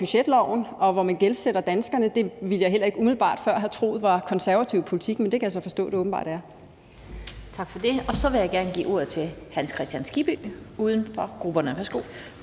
budgetloven og gældsætter danskerne – det ville jeg heller ikke umiddelbart før har troet var konservativ politik, men det kan jeg så forstå at det åbenbart er. Kl. 15:17 Den fg. formand (Annette Lind): Tak for det. Og så vil jeg give ordet til Hans Kristian Skibby, uden for grupperne. Værsgo.